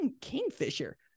Kingfisher